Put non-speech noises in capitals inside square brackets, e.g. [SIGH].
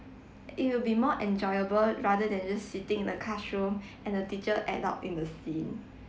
it will be more enjoyable rather than just sitting in the classroom [BREATH] and the teacher act out in the scene